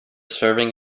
serving